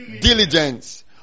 Diligence